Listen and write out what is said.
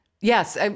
yes